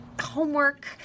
homework